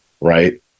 right